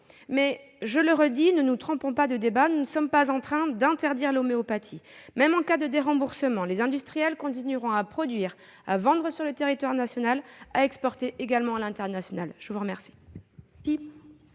Mais je le redis : ne nous trompons pas de débat ! Nous ne sommes pas en train d'interdire l'homéopathie. Même en cas de déremboursement, les industriels continueront à produire, à vendre sur le territoire national et à exporter à l'international. La parole